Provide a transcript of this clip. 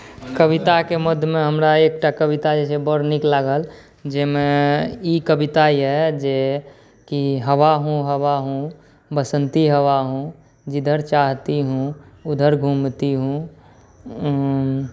कविताके मदमे हमरा एकटा कविता जे छै बड़ नीक लागल जाहिमे ई कविता अइ जेकि हवा हूँ हवा हूँ बसन्ती हवा हूँ जिधर चाहती हूँ उधर घूमती हूँ